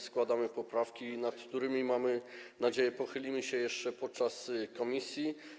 Składamy poprawki, nad którymi, mamy nadzieję, pochylimy się jeszcze podczas prac komisji.